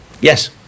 Yes